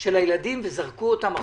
של הילדים וזרקו אותם החוצה.